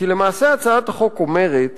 כי למעשה הצעת החוק אומרת